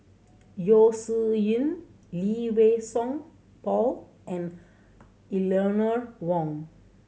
Yeo Shih Yun Lee Wei Song Paul and Eleanor Wong